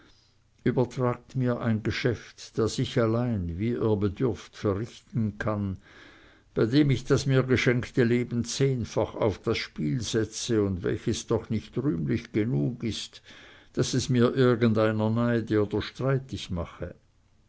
übertragt mir ein geschäft das ich allein wie ihr bedürft verrichten kann bei dem ich das mir geschenkte leben zehnfach auf das spiel setze und welches doch nicht rühmlich genug ist daß es mir irgendeiner neide oder streitig mache